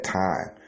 time